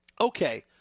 okay –